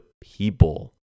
people